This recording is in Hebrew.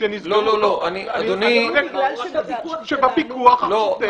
נסגרו בגלל שבפיקוח שלנו נמצא...